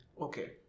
Okay